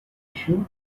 issue